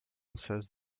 says